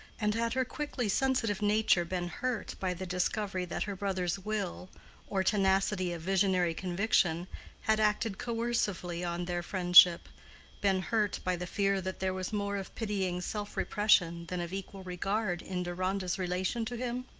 and had her quickly sensitive nature been hurt by the discovery that her brother's will or tenacity of visionary conviction had acted coercively on their friendship been hurt by the fear that there was more of pitying self-suppression than of equal regard in deronda's relation to him?